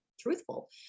truthful